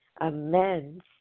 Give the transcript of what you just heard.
amends